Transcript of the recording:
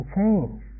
change